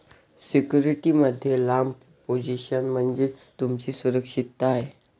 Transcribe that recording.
security मध्ये लांब position म्हणजे तुमची सुरक्षितता आहे